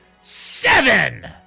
seven